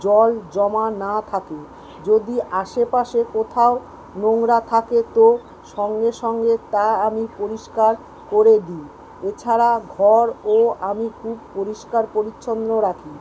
জল জমা না থাকে যদি আশে পাশে কোথাও নোংরা থাকে তো সঙ্গে সঙ্গে তা আমি পরিষ্কার করে দিই এছাড়া ঘরও আমি খুব পরিষ্কার পরিচ্ছন্ন রাখি